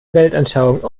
weltanschauung